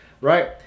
right